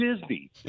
Disney